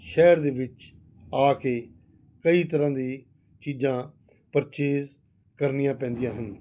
ਸ਼ਹਿਰ ਦੇ ਵਿੱਚ ਆ ਕੇ ਕਈ ਤਰ੍ਹਾਂ ਦੀ ਚੀਜ਼ਾਂ ਪਰਚੇਜ ਕਰਨੀਆਂ ਪੈਂਦੀਆਂ ਹਨ